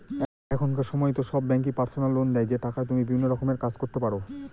এখনকার সময়তো সব ব্যাঙ্কই পার্সোনাল লোন দেয় যে টাকায় তুমি বিভিন্ন রকমের কাজ করতে পারো